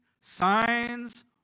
signs